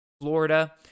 Florida